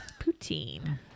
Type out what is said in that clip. Poutine